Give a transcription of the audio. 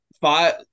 Five